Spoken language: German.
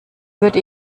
würde